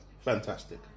Fantastic